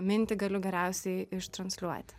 mintį galiu geriausiai ištransliuoti